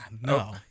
no